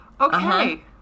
Okay